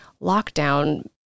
lockdown